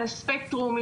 על הספקטרום,